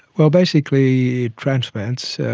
well, basically transplants,